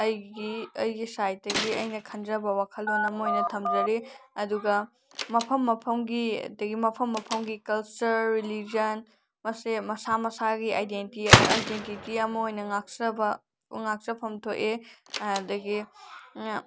ꯑꯩꯒꯤ ꯑꯩꯒꯤ ꯁꯥꯏꯠꯇꯒꯤ ꯑꯩꯅ ꯈꯟꯖꯕ ꯋꯥꯈꯜꯂꯣꯟ ꯑꯃ ꯑꯣꯏꯅ ꯊꯝꯖꯔꯤ ꯑꯗꯨꯒ ꯃꯐꯝ ꯃꯐꯝꯒꯤ ꯑꯗꯒꯤ ꯃꯐꯝ ꯃꯐꯝꯒꯤ ꯀꯜꯆꯔ ꯔꯤꯂꯤꯖꯟ ꯃꯁꯦ ꯃꯁꯥ ꯃꯁꯥꯒꯤ ꯑꯥꯏꯗꯦꯟꯇꯤꯇꯤ ꯑꯃ ꯑꯣꯏꯅ ꯉꯥꯛꯆꯕ ꯉꯥꯛꯆꯐꯝ ꯊꯣꯛꯑꯦ ꯑꯗꯒꯤ